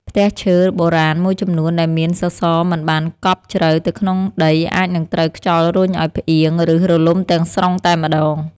ផ្ទះឈើបុរាណមួយចំនួនដែលមានសសរមិនបានកប់ជ្រៅទៅក្នុងដីអាចនឹងត្រូវខ្យល់រុញឱ្យផ្អៀង ឬរលំទាំងស្រុងតែម្តង។